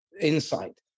insight